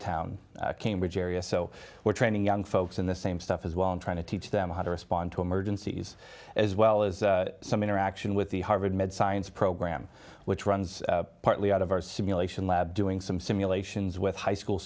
town cambridge area so we're training young folks in the same stuff as well i'm trying to teach them how to respond to emergencies as well as some interaction with the harvard med science program which runs partly out of our simulation lab doing some simulations with high school